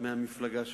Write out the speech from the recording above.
המפלגה שלך.